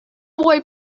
boy